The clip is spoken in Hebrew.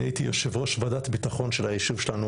אני הייתי יושב-ראש ועדת ביטחון של היישוב שלנו,